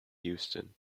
houston